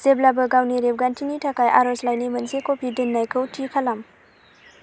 जेब्लाबो गावनि रेबगान्थिनि थाखाय आर'जलाइनि मोनसे क'पि दोननायखौ थि खालाम